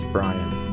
Brian